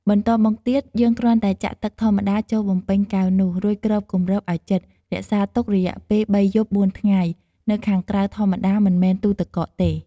បន្ទាប់មកទៀត យើងគ្រាន់តែចាក់ទឹកធម្មតា ចូលបំពេញកែវនោះ រួចគ្របគំរបឱ្យជិត រក្សាទុករយៈពេល៣យប់ ៤ថ្ងៃ នៅខាងក្រៅធម្មតា មិនមែនទូទឹកកកទេ។